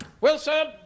Wilson